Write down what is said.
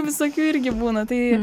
visokių irgi būna tai